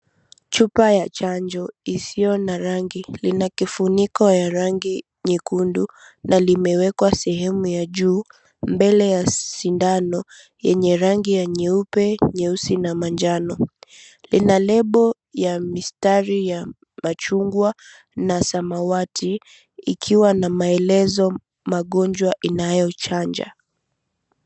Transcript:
Chupa ya chanjo isiyo na rangi lina kifuniko ya rangi nyekundu na limewekwa sehemu ya juu mbele ya sindano yenye rangi ya nyeupe, nyeusi na manjano. Lina lebo ya mistari ya machungwa na samawati ikiwa na maelezo magonjwa inayochanja.